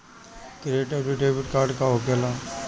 Credit आउरी debit card का होखेला?